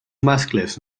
mascles